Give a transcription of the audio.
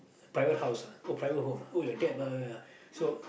private house ah oh private home ah your dad blah blah blah so